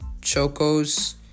chocos